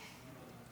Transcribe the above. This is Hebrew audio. אמן, אמן.